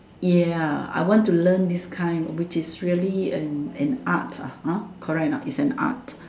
ya I want to learn this kind which is really an an art ah ah hor correct or not is an art